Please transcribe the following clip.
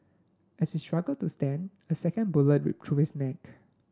as he struggled to stand a second bullet ripped through his neck